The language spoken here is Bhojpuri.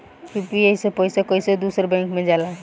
यू.पी.आई से पैसा कैसे दूसरा बैंक मे जाला?